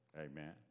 Amen